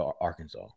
Arkansas